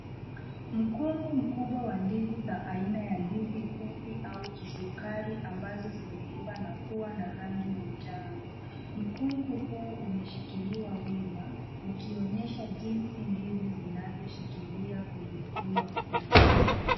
Mkungu mkubwa wa ndizi za aina ya ndizi fupi au kisukari ambazo zimeiva na kuwa na rangi ya njano. Mkungu huu umeshikiliwa wima, ukionyesha jinsi ndizi zinavyoshikilia kwenye bua kuu.